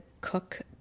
cook